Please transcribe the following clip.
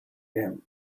him